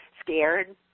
scared